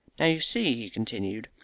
you see, he continued,